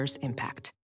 impact